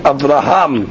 Abraham